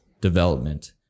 development